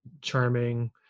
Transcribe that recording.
charming